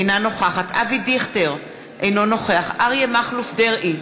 אינה נוכחת אבי דיכטר, אינו נוכח אריה מכלוף דרעי,